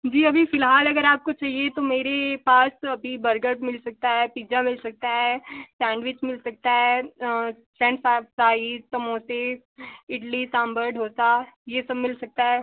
जी अभी फिलहाल अगर आपको चाहिए तो मेरे पास अभी बर्गर मिल सकता है पिज्जा मिल सकता है सैंडविच मिल सकता है फ़्रेंच फ्राईड समोसे इडली सांभर डोसा ये सब मिल सकता है